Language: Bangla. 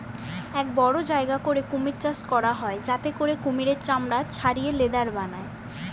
এক বড় জায়গা করে কুমির চাষ করা হয় যাতে করে কুমিরের চামড়া ছাড়িয়ে লেদার বানায়